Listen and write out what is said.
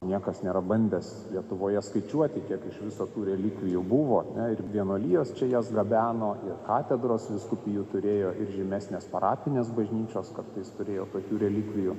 niekas nėra bandęs lietuvoje skaičiuoti kiek iš viso tų relikvijų buvo ar ne ir vienuolijos čia jas gabeno ir katedros vyskupijų turėjo ir žymesnės parapinės bažnyčios kartais turėjo tokių relikvijų